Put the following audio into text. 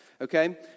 Okay